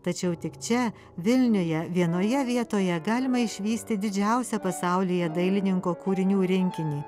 tačiau tik čia vilniuje vienoje vietoje galima išvysti didžiausią pasaulyje dailininko kūrinių rinkinį